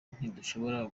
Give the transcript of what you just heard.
ntidushobora